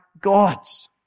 God's